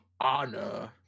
honor